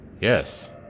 Yes